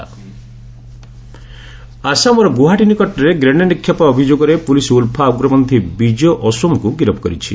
Assam blast ଆସାମର ଗୁଆହାଟୀ ନିକଟରେ grenade ନିକ୍ଷେପ ଅଭିଯୋଗରେ ପୁଲିସ୍ ଉଲ୍ଫା ଉଗ୍ରପନ୍ଥୀ ବିଜୟ ଆସୋମକୁ ଗିରଫ କରିଛି